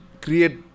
create